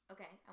Okay